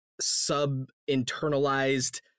sub-internalized